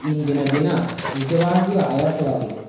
ಇಂದಿನ ದಿನ ನಿಜವಾಗಿಯೂ ಆಯಾಸವಾಗಿದೆ